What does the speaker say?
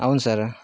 అవును సార్